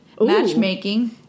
Matchmaking